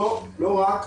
לא, לא רק.